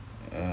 uh